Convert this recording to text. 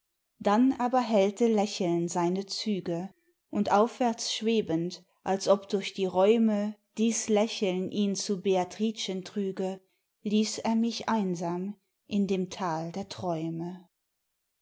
dann aber hellte lächeln seine züge und aufwärtsschwebend als ob durch die räume dies lächeln ihn zu beatricen trüge ließ er mich einsam in dem tal der träume